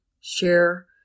share